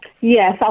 Yes